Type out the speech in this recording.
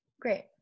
Great